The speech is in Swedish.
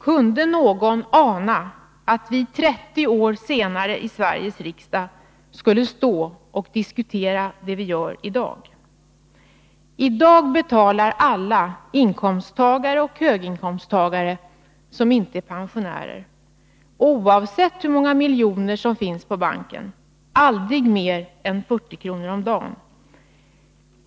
Kunde någon ana att vi 30 år senare i Sveriges riksdag skulle stå och diskutera det vi gör i dag? I dag betalar alla, låginkomsttagare och höginkomsttagare, som inte är pensionärer, oavsett hur många miljoner som finns på banken, aldrig mer än 40 kr. om dagen.